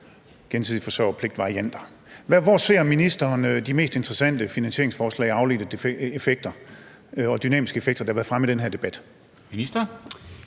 gensidig forsørgerpligt. Hvor ser ministeren de mest interessante finansieringsforslag, afledte effekter og dynamiske effekter der har været fremme i den her debat?